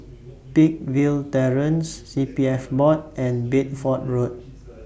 Peakville Terrace C P F Board and Bedford Road